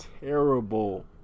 terrible